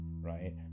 right